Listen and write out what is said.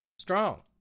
Strong